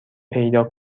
پیدا